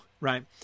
right